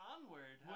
Onward